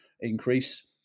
increase